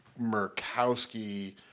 Murkowski